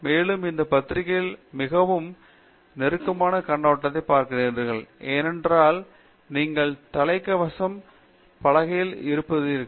மேலும் இந்த பத்திரிகை மிகவும் மிக நெருக்கமான கண்ணோட்டத்தில் பார்க்கிறீர்கள் ஏனென்றால் நீங்கள் தலையங்கம் பலகையில் இருப்பீர்கள்